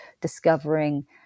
discovering